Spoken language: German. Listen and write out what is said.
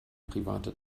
private